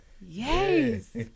yes